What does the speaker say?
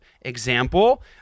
Example